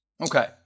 Okay